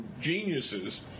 geniuses